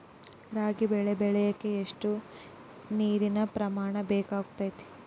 ರಾಗಿ ಬೆಳೆ ಬೆಳೆಯೋಕೆ ಎಷ್ಟು ನೇರಿನ ಪ್ರಮಾಣ ಬೇಕಾಗುತ್ತದೆ?